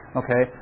okay